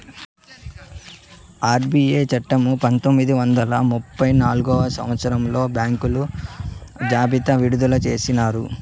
RBI చట్టము పంతొమ్మిది వందల ముప్పై నాల్గవ సంవచ్చరంలో బ్యాంకుల జాబితా విడుదల చేసినారు